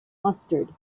mustard